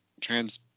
trans